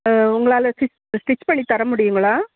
ஆ உங்களால் stitch stitch பண்ணித் தரமுடியுங்களா